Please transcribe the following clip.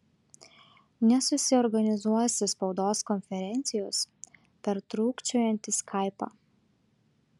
nesusiorganizuosi spaudos konferencijos per trūkčiojantį skaipą